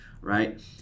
right